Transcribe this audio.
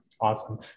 Awesome